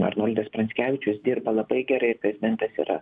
arnoldas pranckevičius dirba labai gerai ir prezidentas yra